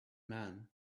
man